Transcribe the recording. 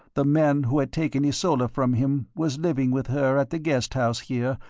the man who had taken ysola from him, was living with her at the guest house, here,